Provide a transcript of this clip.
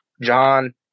John